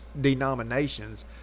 denominations